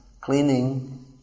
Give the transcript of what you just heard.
cleaning